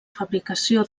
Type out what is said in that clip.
fabricació